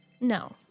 no